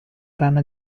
rana